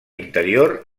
interior